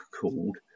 called